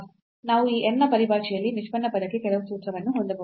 ನಾವು ಈ n ನ ಪರಿಭಾಷೆಯಲ್ಲಿ ನಿಷ್ಪನ್ನ ಪದಕ್ಕೆ ಕೆಲವು ಸೂತ್ರವನ್ನು ಹೊಂದಬಹುದು